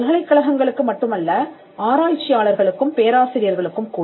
பல்கலைக்கழகங்களுக்கு மட்டுமல்ல ஆராய்ச்சியாளர்களுக்கும் பேராசிரியர்களுக்கும் கூட